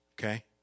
okay